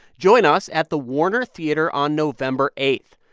join us at the warner theater on november eight.